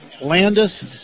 Landis